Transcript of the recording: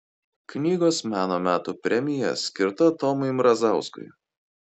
knygos meno metų premija skirta tomui mrazauskui